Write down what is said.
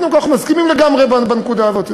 קודם כול, אנחנו מסכימים לגמרי בנקודה הזאת.